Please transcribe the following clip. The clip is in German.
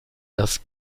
das